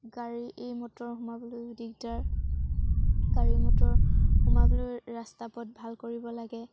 গাড়ী মটৰ সোমাবলৈও দিগদাৰ গাড়ী মটৰ সোমাবলৈ ৰাস্তা পথ ভাল কৰিব লাগে